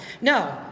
No